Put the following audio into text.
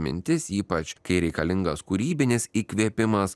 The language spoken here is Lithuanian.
mintis ypač kai reikalingas kūrybinis įkvėpimas